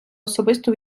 особисто